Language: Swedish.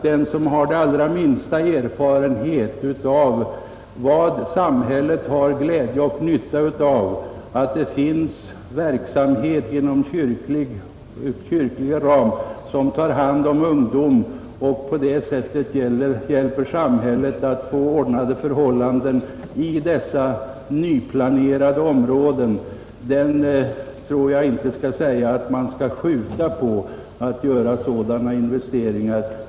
Den som har den allra minsta erfarenhet av vilken glädje och nytta samhället har av att det finns verksamhet inom kyrklig ram, som tar hand om ungdomen och på det sättet hjälper samhället att få ordnade förhållanden i dessa nyplanerade områden, är helt säkert fullt på det klara med att församlingarna icke bör uppskjuta att göra sådana investeringar.